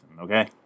okay